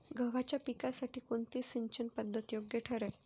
गव्हाच्या पिकासाठी कोणती सिंचन पद्धत योग्य ठरेल?